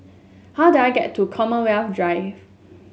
how do I get to Commonwealth Drive